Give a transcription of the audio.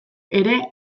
ere